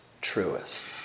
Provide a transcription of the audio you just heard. truest